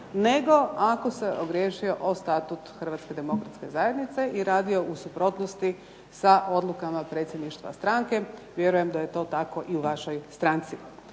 nego ako se ogriješio o Statut Hrvatske demokratske zajednice i radio u suprotnosti sa odlukama predsjedništva stranke. Vjerujem da je to tako i u vašoj stranci.